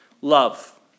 Love